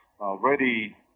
already